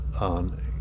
on